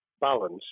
balance